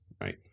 right